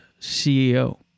CEO